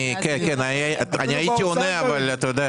אני הייתי עונה, אבל אולי יותר מאוחר.